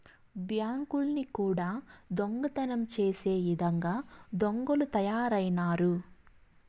బ్యాంకుల్ని కూడా దొంగతనం చేసే ఇదంగా దొంగలు తయారైనారు